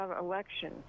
election